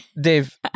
Dave